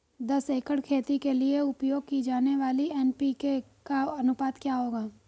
दस एकड़ खेती के लिए उपयोग की जाने वाली एन.पी.के का अनुपात क्या होगा?